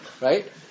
right